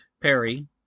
Perry